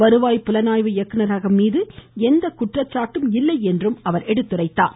வருவாய் புலனாய்வு இயக்குனரகம் மீது எந்த குற்றச்சாட்டும் இல்லை என்றும் அவர் தெரிவித்தார்